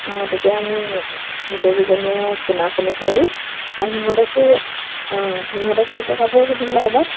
অঁ তেতিয়া আমি গোটেইকেইজনীয়ে ফোনা ফোনি কৰি আৰু সিহঁতকো অঁ সিহঁতকো একে কাপোৰ পিন্ধিবলৈ ক'বা